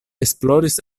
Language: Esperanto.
esploris